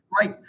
Right